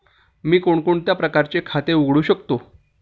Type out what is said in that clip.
मी कोणकोणत्या प्रकारचे खाते उघडू शकतो?